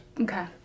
Okay